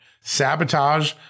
Sabotage